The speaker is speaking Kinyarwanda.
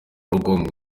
rugomwa